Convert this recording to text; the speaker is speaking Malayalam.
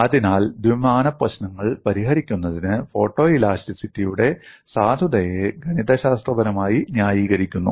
അതിനാൽ ദ്വിമാന പ്രശ്നങ്ങൾ പരിഹരിക്കുന്നതിന് ഫോട്ടോഇലാസ്റ്റിറ്റിയുടെ സാധുതയെ ഗണിതശാസ്ത്രപരമായി ന്യായീകരിക്കുന്നു